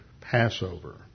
Passover